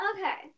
Okay